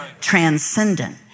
transcendent